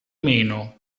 meno